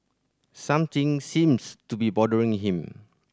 something seems to be bothering him